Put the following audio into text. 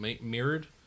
mirrored